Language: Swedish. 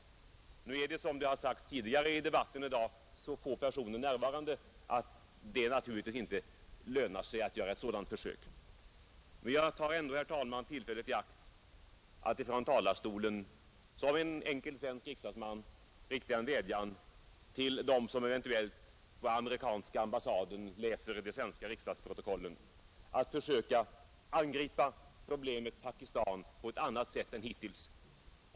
Nu är det, som redan har sagts tidigare i debatten, så få personer närvarande, att det naturligtvis inte lönar sig att göra ett sådant försök. Men jag tar ändå, herr talman, tillfället i akt att ifrån talarstolen som svensk riksdagsman rikta en vädjan till dem som eventuellt på amerikanska ambassaden läser de svenska riksdagsprotokollen att försöka angripa problemet Pakistan på ett annat sätt än hittills.